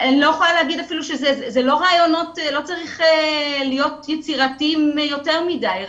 לא צריך להיות יצירתיים יותר מדי,